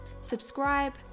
Subscribe